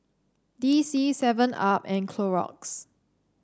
D C Seven Up and Clorox